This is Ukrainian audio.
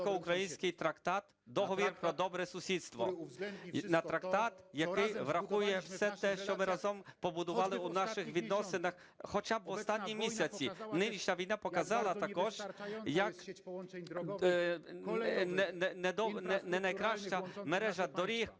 на трактат, який врахує все те, що ми разом побудували у наших відносинах хоча б в останні місяці. Нинішня війна показала також, яка не найкраща мережа доріг,